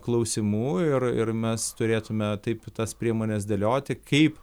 klausimų ir ir mes turėtume taip tas priemones dėlioti kaip